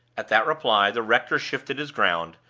at that reply, the rector shifted his ground,